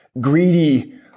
greedy